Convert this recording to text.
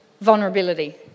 vulnerability